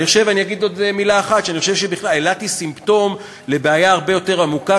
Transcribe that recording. אני חושב שאילת היא סימפטום של בעיה הרבה יותר עמוקה,